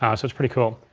um so it's pretty cool.